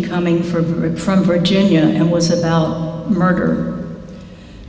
be coming for good from virginia and was about murder